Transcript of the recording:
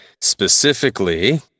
Specifically